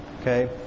Okay